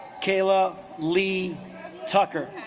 kayla lee tucker